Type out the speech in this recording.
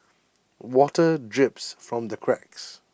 water drips from the cracks